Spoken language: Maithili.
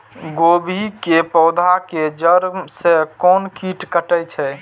गोभी के पोधा के जड़ से कोन कीट कटे छे?